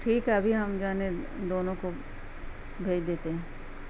ٹھیک ہے ابھی ہم جانے دونوں کو بھیج دیتے ہیں